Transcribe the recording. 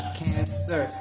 cancer